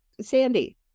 Sandy